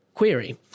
query